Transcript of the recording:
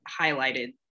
highlighted